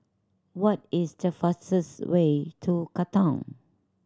what is the fastest way to Katong